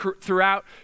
throughout